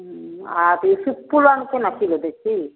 उँ आओर अथी सुकुल आओर कोना किलो दै छी